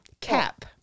Cap